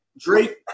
Drake